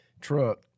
truck